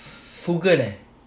frugal eh